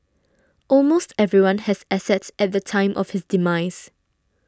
almost everyone has assets at the time of his demise